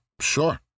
sure